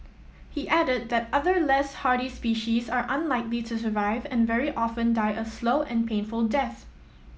he added that other less hardy species are unlikely to survive and very often die a slow and painful death